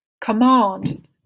command